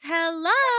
Hello